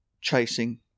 chasing